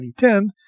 2010